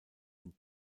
den